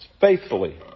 faithfully